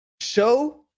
Show